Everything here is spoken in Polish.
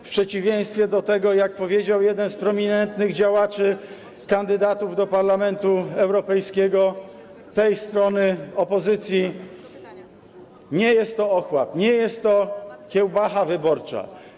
W przeciwieństwie do tego, co powiedział jeden z prominentnych działaczy, kandydatów do Parlamentu Europejskiego tej strony, opozycji, nie jest to ochłap, nie jest to kiełbacha wyborcza.